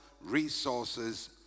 resources